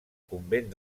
convent